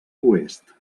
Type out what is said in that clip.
oest